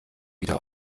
wieder